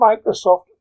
microsoft